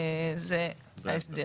זה ההסדר.